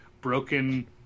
broken